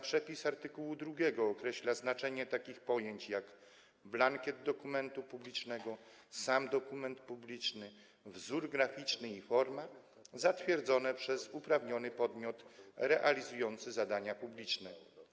Przepis art. 2 określa znaczenie takich pojęć jak blankiet dokumentu publicznego, dokument publiczny, wzór graficzny i forma, które zostały zatwierdzone przez uprawniony podmiot realizujący zadania publiczne.